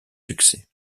succès